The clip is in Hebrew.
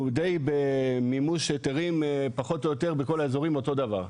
די במימוש היתרים פחות או יותר בכל האזורים אותו דבר,